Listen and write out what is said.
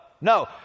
No